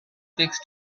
fix